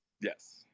yes